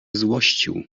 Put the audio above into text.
złościł